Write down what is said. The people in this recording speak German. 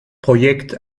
projekt